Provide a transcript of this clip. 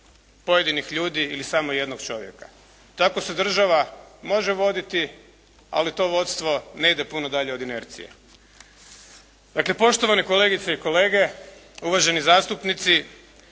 pojedinih ljudi ili samo jednog čovjeka. Tako se država može voditi, ali to vodstvo ne ide puno dalje od inercije. Dakle, poštovane kolegice i kolege, uvaženi zastupnici.